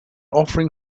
offering